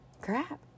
crap